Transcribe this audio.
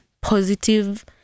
positive